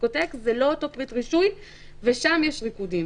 דיסקוטק הוא לא אותו פריט רישוי ושם יש ריקודים.